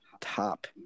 Top